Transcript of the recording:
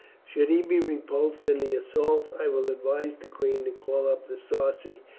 should he be repulsed in the assault, i will advise the queen to call up the sarci,